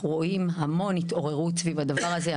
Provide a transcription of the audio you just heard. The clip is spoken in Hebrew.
רואים המון התעוררות סביב הדבר הזה.